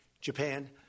Japan